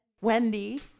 Wendy